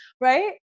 right